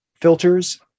filters